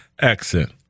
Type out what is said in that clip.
accent